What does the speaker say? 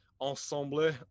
ensemble